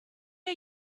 are